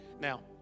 Now